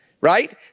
right